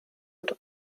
into